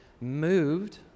moved